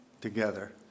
together